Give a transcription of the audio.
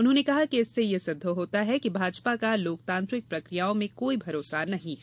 उन्होंने कहा कि इससे यह सिद्ध होता है कि भाजपा का लोकतांत्रिक प्रक्रियाओं में कोई भरोसा नहीं है